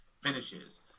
finishes